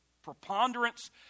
preponderance